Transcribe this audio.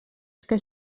que